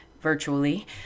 virtually